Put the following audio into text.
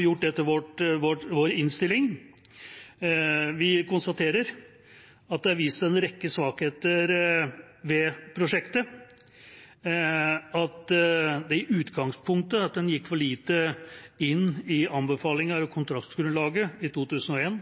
gjort det til sin innstilling. Vi konstaterer at det er vist en rekke svakheter ved prosjektet, at en i utgangspunktet gikk for lite inn i anbefalinger og kontraktsgrunnlaget i 2001,